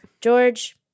George